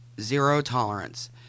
Zero-tolerance